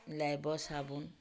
Lifebuoy ସାବୁନ୍